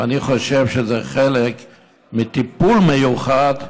ואני חושב שזה חלק מטיפול מיוחד.